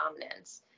dominance